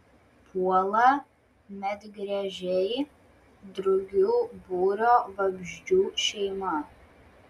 puola medgręžiai drugių būrio vabzdžių šeima